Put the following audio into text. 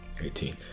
Eighteen